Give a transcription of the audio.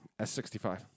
S65